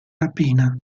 rapina